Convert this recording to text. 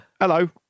hello